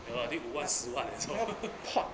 ya lor I think 五 watt 四 watt 也做